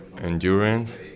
endurance